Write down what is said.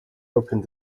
opened